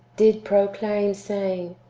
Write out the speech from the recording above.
did proclaim, saying,